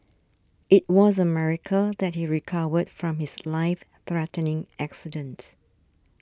it was a miracle that he recovered from his life threatening accidents